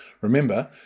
remember